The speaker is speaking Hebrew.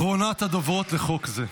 בבקשה, אחרונת הדוברות לחוק זה.